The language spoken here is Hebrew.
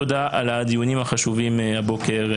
תודה על הדיונים החשובים הבוקר,